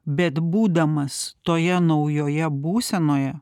bet būdamas toje naujoje būsenoje